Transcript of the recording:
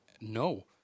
no